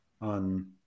on